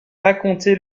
raconté